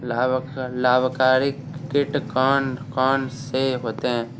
लाभकारी कीट कौन कौन से होते हैं?